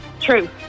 True